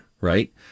right